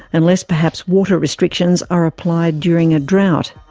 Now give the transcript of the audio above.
unless perhaps water restrictions are applied during a drought.